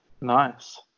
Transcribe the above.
Nice